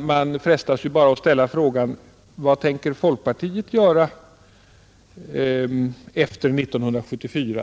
Man frestas bara att ställa frågan: Vad tänker folkpartiet göra efter 1974?